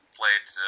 played